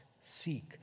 seek